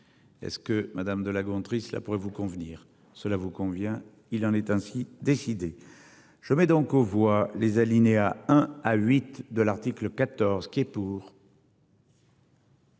Est ce que madame de La Gontrie. Cela pourrait vous convenir. Cela vous convient. Il en est ainsi décidé je mets donc aux voix les alinéas 1 à 8 de l'article 14 qui est pour.